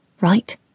right